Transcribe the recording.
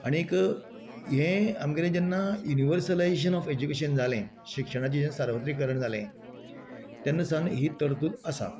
आनीक हें आमगेलें जेन्ना युनिवर्सलायजेशन ऑफ ऍज्युकेशन जालें शिक्षणाचें हे सार्वत्रीकरण जाले तेन्नासान ही तर्दूत आसा